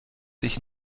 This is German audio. dich